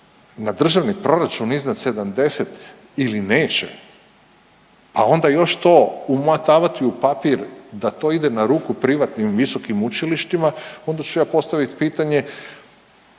na državni proračun iznad 70 ili neće, a onda još to umotavati u papir da to ide na ruku privatnim visokim učilištima, onda ću ja postavit pitanje